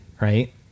Right